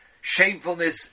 shamefulness